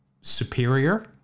superior